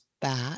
back